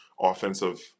offensive